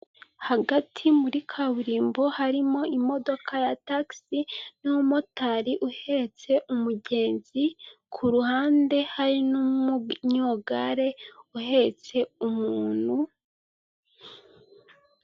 Umuhanda wa kaburimbo urimo umurongo urombereje harimo umugabo ugiye kwambuka n'umumotari uparitse umeze nkaho akuyeho umugenzi n'abamama benshi bahagaze imbere ya kandagira ukarabe, ku nyubako ikikijwe n'igipangu cy'ibyuma iyo nzu yubakishijwe amatafari ahiye n'amategura n'amabati y'ubururu, hafi yayo hari ikigega cyubakishije ibyuma gisa umukara hari n'ibiti birebire.